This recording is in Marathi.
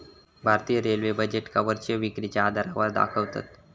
भारतीय रेल्वे बजेटका वर्षीय विक्रीच्या आधारावर दाखवतत